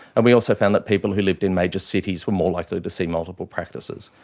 and we also found that people who lived in major cities were more likely to see multiple practices,